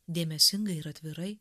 dėmesingai ir atvirai